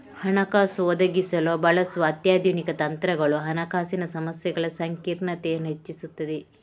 ಹಣಕಾಸು ಒದಗಿಸಲು ಬಳಸುವ ಅತ್ಯಾಧುನಿಕ ತಂತ್ರಗಳು ಹಣಕಾಸಿನ ಸಮಸ್ಯೆಗಳ ಸಂಕೀರ್ಣತೆಯನ್ನು ಹೆಚ್ಚಿಸುತ್ತವೆ